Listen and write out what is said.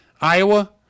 Iowa